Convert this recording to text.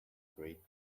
great